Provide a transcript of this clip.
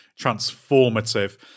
transformative